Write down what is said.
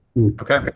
okay